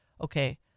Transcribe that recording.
Okay